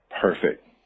perfect